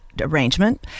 arrangement